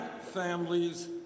families